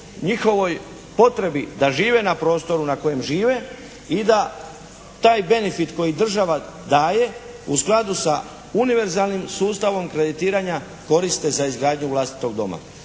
njihovoj potrebi da žive na prostoru na kojem žive i da taj benefit koji država daje u skladu sa univerzalnim sustavom kreditiranja koriste za izgradnju vlastitog doma.